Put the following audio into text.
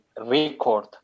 record